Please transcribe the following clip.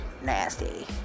nasty